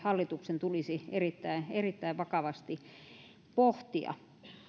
hallituksen tulisi erittäin erittäin vakavasti pohtia